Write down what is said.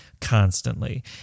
constantly